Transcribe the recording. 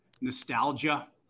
nostalgia